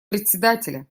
председателя